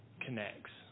connects